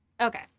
okay